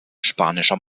spanischer